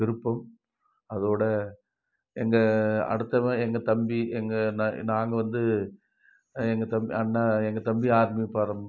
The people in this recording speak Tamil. விருப்பம் அதோடய எங்கள் அடுத்தவன் எங்கள் தம்பி எங்கள் நான் நாங்கள் வந்து எங்கள் தம் அண்ணன் எங்கள் தம்பி ஆர்மி போகிறம்